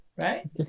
Right